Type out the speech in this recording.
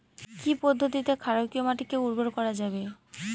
কি পদ্ধতিতে ক্ষারকীয় মাটিকে উর্বর করা যাবে?